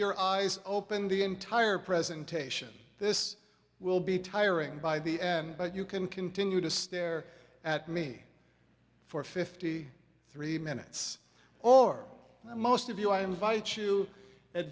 your eyes open the entire presentation this will be tiring by the end but you can continue to stare at me for fifty three minutes or most of you i invite you at